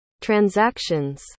transactions